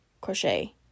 Crochet